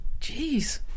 jeez